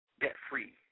debt-free